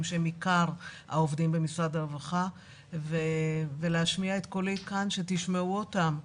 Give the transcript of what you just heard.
שהם עיקר העובדים במשרד הרווחה ולהשמיע את קולי כאן שתשמעו אותם,